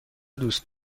دوست